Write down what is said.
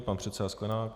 Pan předseda Sklenák?